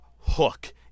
hook